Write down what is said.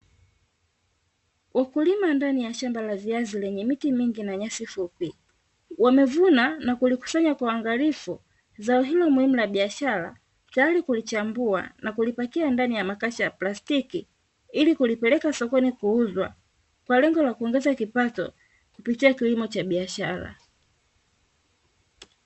Wakulima ndani ya shamba la viazi, lenye miti mingi na nyasi fupi. Wamevuna na kulikusanya kwa uangalifu zao hilo muhimu la biashara, tayari kulichambua na kulipakiwa ndani ya makasha ya plastiki, ili kulipeleka sokoni kuuzwa, kwa lengo la kuongeza kipato, kupitia kilimo cha biashara.